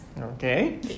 Okay